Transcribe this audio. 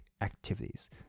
activities